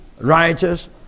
righteous